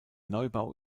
neubau